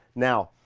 now,